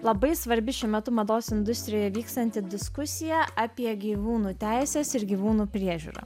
labai svarbi šiuo metu mados industrijoje vykstanti diskusija apie gyvūnų teises ir gyvūnų priežiūrą